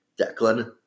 Declan